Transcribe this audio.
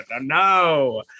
no